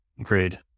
Agreed